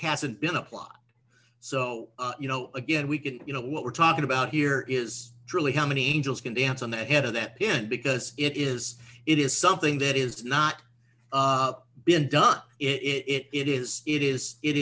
hasn't been applied so you know again we can you know what we're talking about here is truly how many angels can dance on the head of that pin because it is it is something that is not of been done it is it is it is